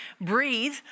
breathe